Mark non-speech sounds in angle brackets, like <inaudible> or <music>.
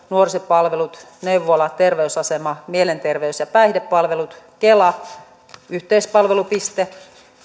<unintelligible> nuorisopalvelut neuvola terveysasema mielenterveys ja päihdepalvelut kela kaupungin yhteispalvelupiste